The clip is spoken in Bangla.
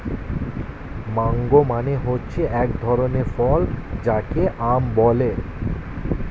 ম্যাংগো মানে হচ্ছে এক ধরনের ফল যাকে আম বলে